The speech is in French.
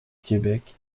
québec